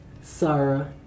Sarah